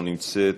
לא נמצאת,